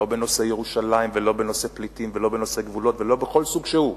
לא בנושא ירושלים ולא בנושא פליטים ולא בנושא גבולות ולא בכל סוג שהוא,